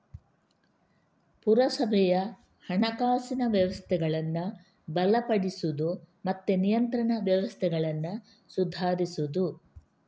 ಪುರಸಭೆಯ ಹಣಕಾಸಿನ ವ್ಯವಸ್ಥೆಗಳನ್ನ ಬಲಪಡಿಸುದು ಮತ್ತೆ ನಿಯಂತ್ರಣ ವ್ಯವಸ್ಥೆಗಳನ್ನ ಸುಧಾರಿಸುದು